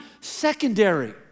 secondary